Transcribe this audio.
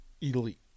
elite